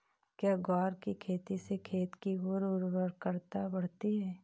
क्या ग्वार की खेती से खेत की ओर उर्वरकता बढ़ती है?